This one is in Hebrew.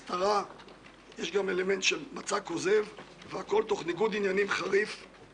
הסתרה מכוונת של אופי היחסים בין השניים ושל טיב האינטרסים שבהם הם